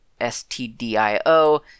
stdio